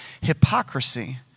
hypocrisy